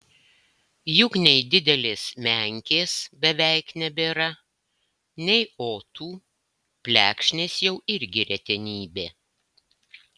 juk nei didelės menkės beveik nebėra nei otų plekšnės jau irgi retenybė